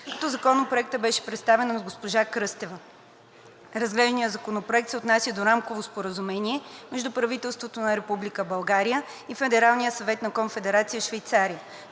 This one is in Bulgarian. Законопроектът беше представен от госпожа Кръстева. Разглежданият законопроект се отнася до Рамковото споразумение между правителството на Република България и Федералния съвет на Конфедерация Швейцария.